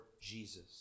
Jesus